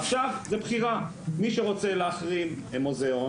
עכשיו זה בחירה מי שרוצה להחרים מוזיאון